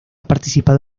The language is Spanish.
participado